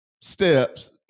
steps